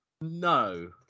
No